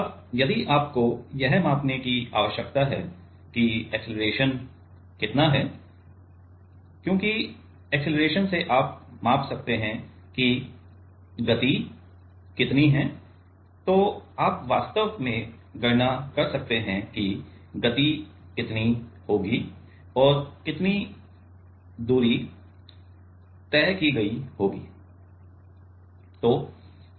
अब यदि आपको यह मापने की आवश्यकता है कि अक्सेलरेशन कितना है क्योंकि अक्सेलरेशन से आप माप सकते हैं कि वेग कितना है तो आप वास्तव में गणना कर सकते हैं कि वेग कितना होगा और कितनी दूरी तय की गई होगी